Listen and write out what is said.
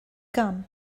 gun